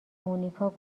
مونیکا